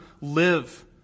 live